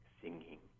singing